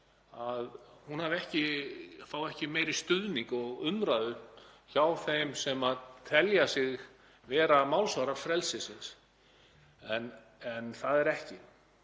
fái ekki meiri stuðning og umræðu hjá þeim sem telja sig vera málsvara frelsisins. En það er ekki.